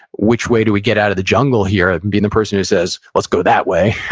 which way do we get out of the jungle here. being the person who says, let's go that way.